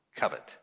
covet